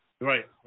Right